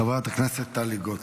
חברת הכנסת טלי גוטליב,